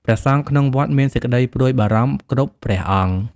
ព្រះសង្ឃក្នុងវត្តមានសេចក្តីព្រួយបារម្ភគ្រប់ព្រះអង្គ។